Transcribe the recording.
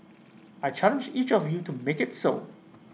I challenge each of you to make IT so